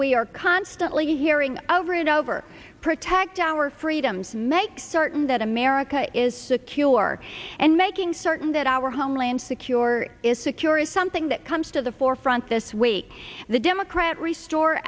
we are constantly hearing over and over protect our freedoms make certain that america is secure and making certain that our homeland security is secure is something that comes to the forefront this week the democrat re store